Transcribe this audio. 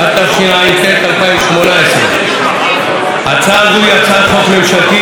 התשע"ט 2018. הצעה זו היא הצעת חוק ממשלתית,